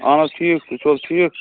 اَہَن حظ ٹھیٖک تُہۍ چھُ حظ ٹھیٖک